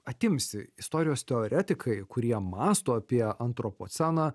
atimsi istorijos teoretikai kurie mąsto apie antropoceną